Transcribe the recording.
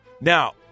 Now